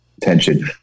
Tension